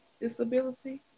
disability